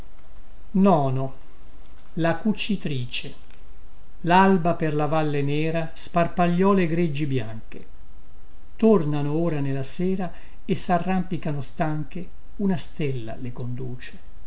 lugubre rombo lalba per la valle nera sparpagliò le greggi bianche tornano ora nella sera e sarrampicano stanche una stella le conduce